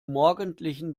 morgendlichen